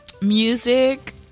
Music